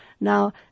Now